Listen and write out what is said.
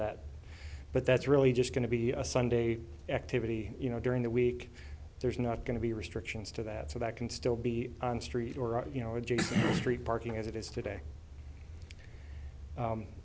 that but that's really just going to be a sunday activity you know during the week there's not going to be restrictions to that so that can still be on street or you know adjacent street parking as it is today